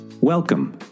Welcome